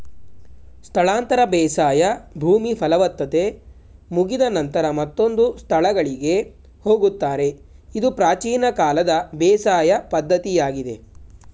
ಸ್ಥಳಾಂತರ ಬೇಸಾಯ ಭೂಮಿ ಫಲವತ್ತತೆ ಮುಗಿದ ನಂತರ ಮತ್ತೊಂದು ಸ್ಥಳಗಳಿಗೆ ಹೋಗುತ್ತಾರೆ ಇದು ಪ್ರಾಚೀನ ಕಾಲದ ಬೇಸಾಯ ಪದ್ಧತಿಯಾಗಿದೆ